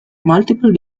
multiple